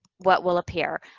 what will appear.